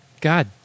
God